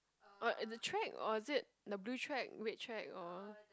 oh at the track oh is it the blue track which track or